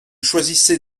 choisissez